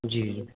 جی